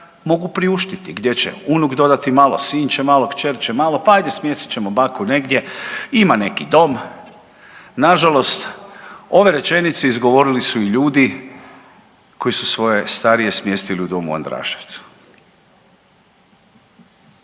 mogu priuštiti gdje će unuk dodati malo, sin će malo, kćer će malo pa ajde smjestit ćemo baku negdje ima neki dom. Nažalost, ove rečenice izgovorili su ljudi koji su svoje starije smjestili u Dom u Andraševcu.